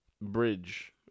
bridge